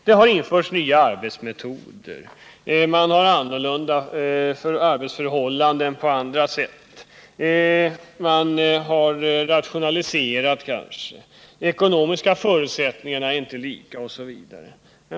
Det har införts nya arbetsmetoder, man har annorlunda arbetsförhållanden på andra sätt, man har kanske rationaliserat, de ekonomiska förutsättningarna är inte lika, osv.